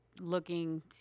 looking